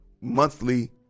monthly